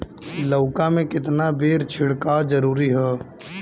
लउका में केतना बेर छिड़काव जरूरी ह?